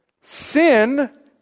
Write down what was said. Sin